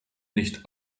nicht